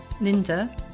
linda